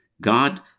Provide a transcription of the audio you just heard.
god